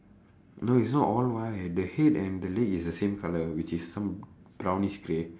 no its not all white the head and the leg is the same colour which is some brownish grey